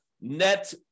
net